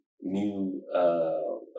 new